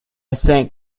think